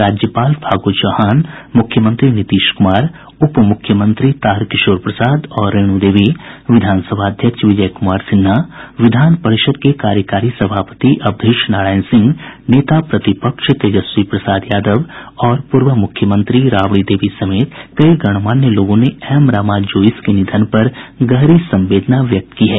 राज्यपाल फागू चौहान मुख्यमंत्री नीतीश कुमार उप मुख्यमंत्री तारकिशोर प्रसाद और रेणु देवी विधान सभा अध्यक्ष विजय कुमार सिन्हा विधान परिषद् के कार्यकारी सभापति अवधेश नारायण सिंह नेता प्रतिपक्ष तेजस्वी प्रसाद यादव और पूर्व मुख्यमंत्री राबड़ी देवी समेत कई गणमान्य लोगों ने एम रामा जोईस के निधन पर गहरी संवेदना व्यक्त की है